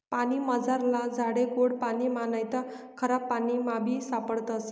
पानीमझारला झाडे गोड पाणिमा नैते खारापाणीमाबी सापडतस